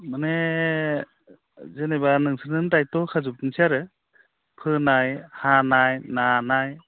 माने जेनेबा नोंसोरनोनो दायथ' होखाजोबनोसै आरो फोनाय हानाय नानाय